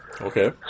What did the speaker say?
Okay